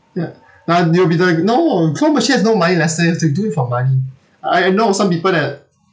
ya now you'll be doing no claw machine has no money lester you have to do it for money I I know of some people that